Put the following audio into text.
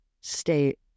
stay